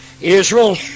Israel